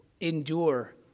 endure